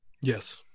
yes